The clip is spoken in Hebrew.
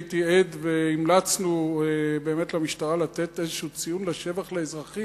הייתי עד והמלצנו באמת למשטרה לתת איזה ציון לשבח לאזרחים,